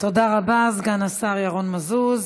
תודה רבה, סגן השר ירון מזוז.